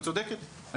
את צודקת,